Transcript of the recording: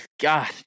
God